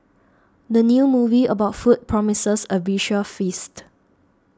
the new movie about food promises a visual feast